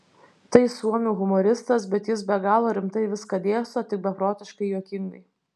tai suomių humoristas bet jis be galo rimtai viską dėsto tik beprotiškai juokingai